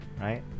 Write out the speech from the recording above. right